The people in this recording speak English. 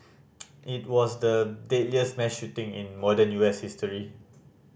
it was the deadliest mass shooting in modern U S history